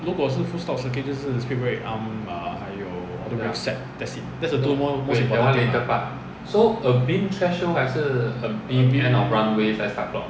如果是 full stop circuit 就是 script brake arm 还有 auto brakes set that's it that is the two most important thing lah a beam